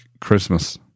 Christmas